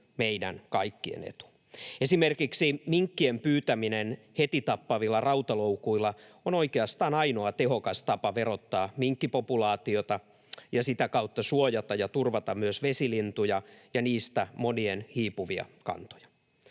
meidän kaikkien etu. Esimerkiksi minkkien pyytäminen hetitappavilla rautaloukuilla on oikeastaan ainoa tehokas tapa verottaa minkkipopulaatiota ja sitä kautta suojata ja turvata myös vesilintuja ja monien niistä hiipuvia kantoja.